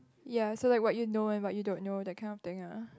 ya so like what you know and what you don't know that kind of thing lah